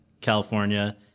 California